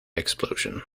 explosion